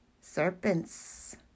serpents